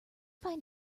find